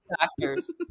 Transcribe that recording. doctors